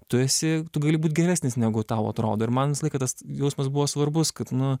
tu esi tu gali būt geresnis negu tau atrodo ir man visą laiką tas jausmas buvo svarbus kad nu